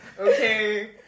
Okay